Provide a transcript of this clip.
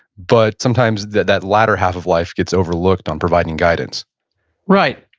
but sometimes that that latter half of life gets overlooked on providing guidance right.